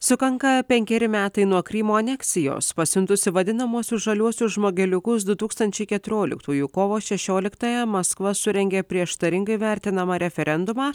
sukanka penkeri metai nuo krymo aneksijos pasiuntusi vadinamuosius žaliuosius žmogeliukus du tūkstančiai keturoliktųjų kovo šešioliktąją maskva surengė prieštaringai vertinamą referendumą